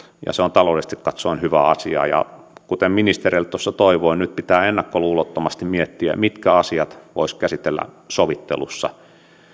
ja se on taloudellisesti katsoen hyvä asia ja kuten ministeriltä tuossa toivoin nyt pitää ennakkoluulottomasti miettiä mitkä asiat voisi käsitellä sovittelussa